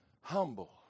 Humble